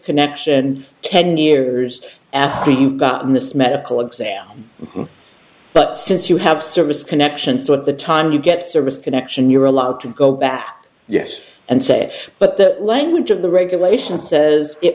connection ten years after you've gotten this medical exam but since you have service connection so at the time you get service connection you're allowed to go back yes and say but the language of the regulation says it